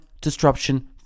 disruption